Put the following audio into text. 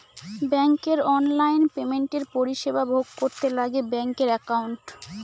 ব্যাঙ্কের অনলাইন পেমেন্টের পরিষেবা ভোগ করতে লাগে ব্যাঙ্কের একাউন্ট